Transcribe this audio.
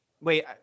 Wait